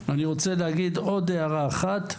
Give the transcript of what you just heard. אני רוצה להגיד עוד הערה אחת,